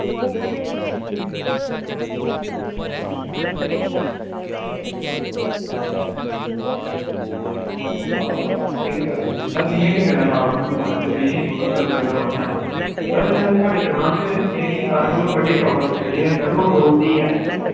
हां ठीक ऐ सर जियां कि मेरा नांऽ रोमी कुमार ऐ ते में डुड्डू बसंतगढ़ दा रौह्ने आह्ला सर साढ़े ग्रां च केह् ऐ कि सारें कोला बड्डी प्राब्लम जेह्ड़ी ऐ सर ओह् रोड़ दी ऐ